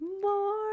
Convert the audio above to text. more